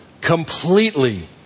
completely